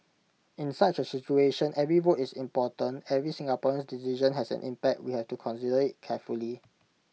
in such A situation every vote is important every Singaporean's decision has an impact we have to consider IT carefully